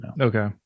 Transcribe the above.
Okay